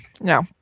No